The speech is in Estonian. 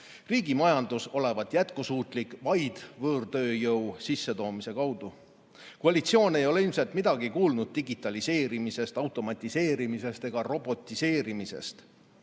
riigi majandus olevat jätkusuutlik vaid võõrtööjõu sissetoomise abil. Koalitsioon ei ole ilmselt midagi kuulnud digitaliseerimisest, automatiseerimisest ega robotiseerimisest.